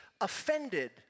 offended